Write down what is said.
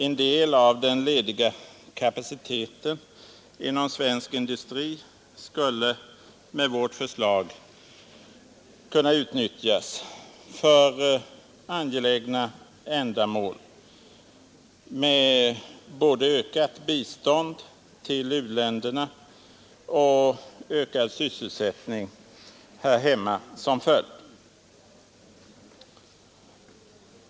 En del av den lediga kapaciteten inom svensk industri skulle med vårt förslag kunna utnyttjas för angelägna ändamål med både ökat bistånd till u-länderna och ökad sysselsättning här hemma som följd.